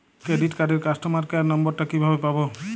Credit কার্ডের customer care number টা কিভাবে পাবো?